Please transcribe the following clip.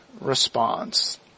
response